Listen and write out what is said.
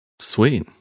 sweet